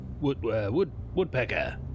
Woodpecker